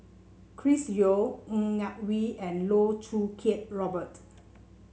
Chris Yeo Ng Yak Whee and Loh Choo Kiat Robert